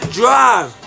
drive